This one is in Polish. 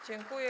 Dziękuję.